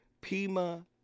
Pima